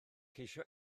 ceisio